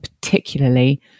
particularly